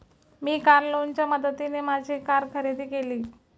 मी car लोनच्या मदतीने माझी कार खरेदी केली